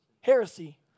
heresy